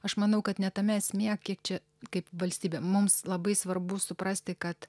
aš manau kad ne tame esmė kiek čia kaip valstybė mums labai svarbu suprasti kad